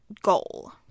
goal